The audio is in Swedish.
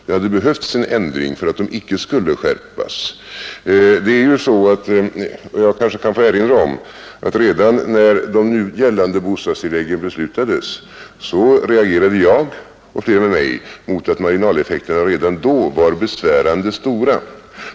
Det hade behövts en ändring för att de inte skulle skärpas. Jag kanske kan få erinra om att redan när nu gällande bostadstillägg beslutades reagerade jag och flera med mig mot att marginaleffekterna redan då var besvärande stora.